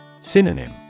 Synonym